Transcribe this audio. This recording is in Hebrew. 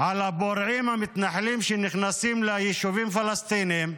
על הפורעים המתנחלים שנכנסים ליישובים פלסטיניים,